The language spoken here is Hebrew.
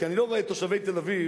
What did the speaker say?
כי אני לא רואה את תושבי תל-אביב,